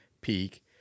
peak